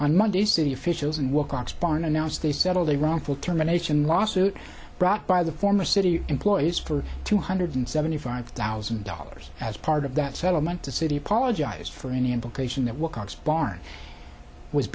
on monday city officials and wilcox barn announced they settled a wrongful termination lawsuit brought by the former city employees for two hundred seventy five thousand dollars as part of that settlement to city apologize for any implication that wilcox barney was